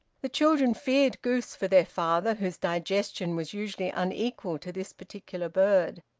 the children feared goose for their father, whose digestion was usually unequal to this particular bird.